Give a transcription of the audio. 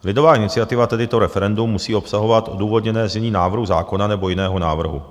Lidová iniciativa, tedy to referendum, musí obsahovat odůvodněné znění návrhu zákona nebo jiného návrhu.